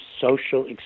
social